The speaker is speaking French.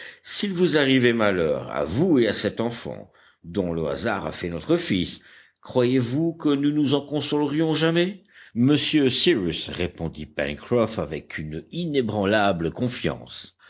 s'il vous arrivait malheur à vous et à cet enfant dont le hasard a fait notre fils croyez-vous que nous nous en consolerions jamais monsieur cyrus répondit pencroff avec une inébranlable confiance